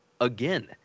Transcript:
again